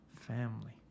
family